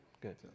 good